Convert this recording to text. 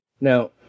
Now